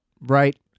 right